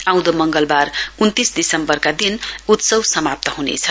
आउँदो मंगलबार उन्तीस दिसम्बरका दिन उत्सव समाप्त ह्नेछ